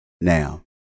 Now